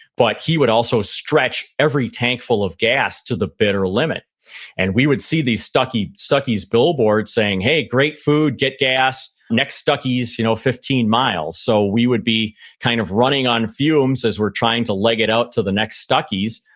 but he would also stretch every tankful of gas to the bitter limit and we would see these stuckey's stuckey's billboards saying, hey, great food, get gas. next stuckey's you know fifteen miles. so we would be kind of running on fumes as we're trying to leg it out to the next stuckey's,